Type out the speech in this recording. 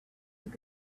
rode